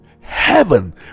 heaven